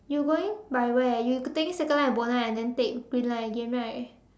you going by where you taking circle line to Buona and then take green line again right